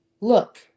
Look